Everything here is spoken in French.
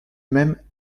même